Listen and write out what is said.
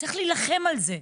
צריך להילחם על זה.